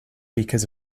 because